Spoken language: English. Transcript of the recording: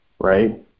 right